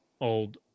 old